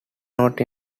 not